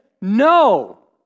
no